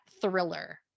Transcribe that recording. thriller